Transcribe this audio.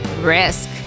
risk